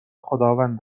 خداوند